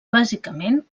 bàsicament